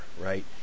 right